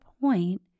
point